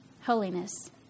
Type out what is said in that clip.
holiness